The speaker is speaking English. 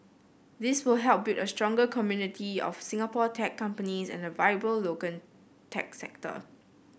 this will help build a stronger community of Singapore tech companies and a vibrant local tech sector